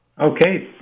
Okay